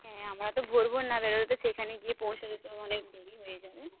হ্যাঁ আমরা তো ভোর ভোর না বেরোলে তো সেইখানে পৌঁছতে তো অনেক দেরি হয়ে যাবে